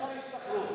כושר השתכרות.